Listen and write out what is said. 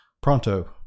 Pronto